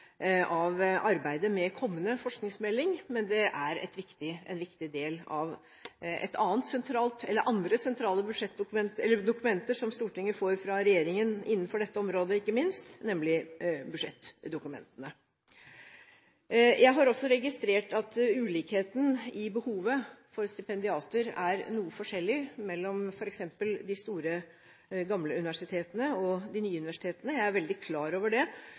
andre sentrale dokumenter som Stortinget får fra regjeringen innenfor dette området, nemlig budsjettdokumentene. Jeg har også registrert at behovet for stipendiater er noe forskjellig mellom f.eks. de store, gamle universitetene og de nye universitetene. Jeg er veldig klar over det,